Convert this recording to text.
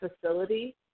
facility